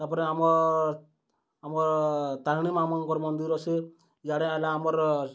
ତା'ପରେ ଆମର୍ ଆମର୍ ତାରିଣୀ ମା'ଙ୍କର ମନ୍ଦିର୍ ଅଛେ ଇଆଡେ ଆଏଲା ଆମର୍